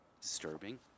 disturbing